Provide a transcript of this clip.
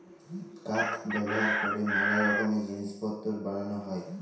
কাঠ ব্যাভার ক্যরে ম্যালা রকমের জিলিস পত্তর বালাল হ্যয়